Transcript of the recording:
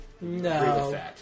No